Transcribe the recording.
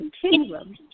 continuum